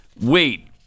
Wait